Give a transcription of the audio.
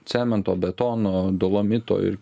cemento betono dolomito ir